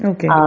Okay